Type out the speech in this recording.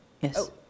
Yes